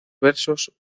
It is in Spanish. versos